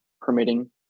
permitting